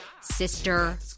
Sister